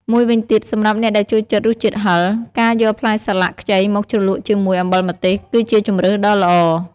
មួយវិញទៀត សម្រាប់អ្នកដែលចូលចិត្តរសជាតិហឹរ ការយកផ្លែសាឡាក់ខ្ចីមកជ្រលក់ជាមួយ អំបិលម្ទេស គឺជាជម្រើសដ៏ល្អ។